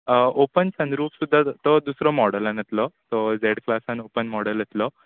open sunroof सुद्दां तो दुसरो मॉडलान येतलो सो झॅड क्लासान ओपन मॉडल येतलो